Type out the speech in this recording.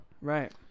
Right